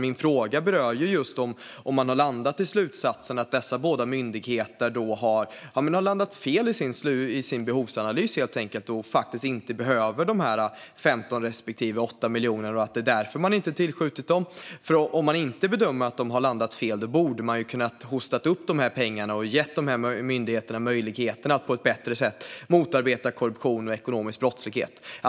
Min fråga var om man har landat i slutsatsen att dessa båda myndigheter har landat fel i sin behovsanalys och faktiskt inte behöver de 15 respektive 8 miljonerna och att man därför inte tillskjutit dem. Om man inte bedömer att de har landat fel borde man ha kunnat hosta upp de här pengarna och gett de här myndigheterna möjligheten att på ett bättre sätt motarbeta korruption och ekonomisk brottslighet.